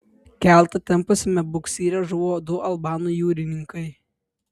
keltą tempusiame buksyre žuvo du albanų jūrininkai